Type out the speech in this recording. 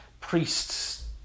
priests